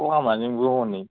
सिखाव लामाजोंबो हनै